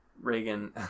Reagan